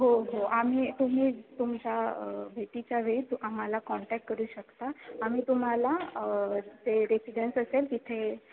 हो हो आम्ही तुम्ही तुमच्या भेटीच्या वेळी तू आम्हाला कॉन्टॅक्ट करू शकता आम्ही तुम्हाला जे रेसिडेन्स असेल तिथे